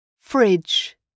fridge